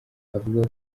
avuga